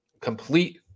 complete